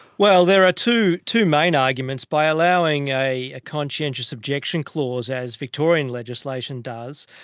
well, there are two two main arguments. by allowing a conscientious objection clause, as victorian legislation does,